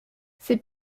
ses